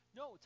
no